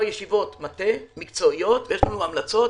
ישיבות מטה מקצועיות ויש לנו המלצות.